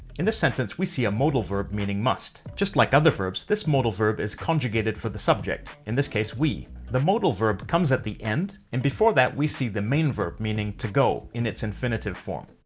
in this sentence we see a modal verb meaning must. just like other verbs, this modal verb is conjugated for the subject, in this case, we. the modal verb comes at the end, and before that, we see the main verb, meaning to go in its infinitive form.